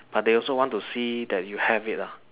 but they also want to see that you have it lah